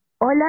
Hola